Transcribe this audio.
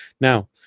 Now